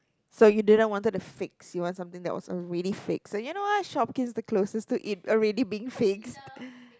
so you didn't wanted the fix you want something that was already fixed so you know what Shopkins' the closest to it already being fixed